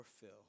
fill